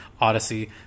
Odyssey